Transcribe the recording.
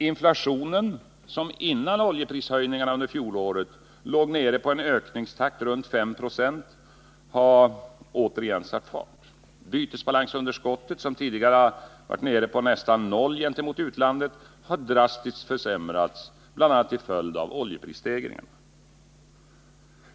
Inflationen, som före oljeprishöjningarna under fjolåret låg nere på en ökningstakt omkring 5 76, har åter satt fart. Bytesbalansunderskottet, som tidigare varit nere på nästan noll gentemot utlandet, har drastiskt försämrats, bl.a. till följd av oljeprisstegringarna.